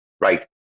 Right